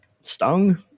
stung